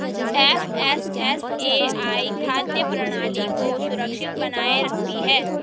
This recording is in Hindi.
एफ.एस.एस.ए.आई खाद्य प्रणाली को सुरक्षित बनाए रखती है